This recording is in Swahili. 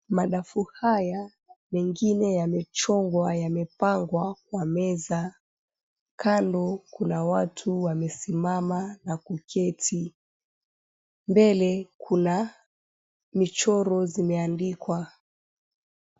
Madafu haya mengine yamechongwa mengine yamepangwa kwa meza kando kuna watu wamesimama na kuketi, mbele kuna michoro zimeandikwa.